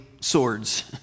swords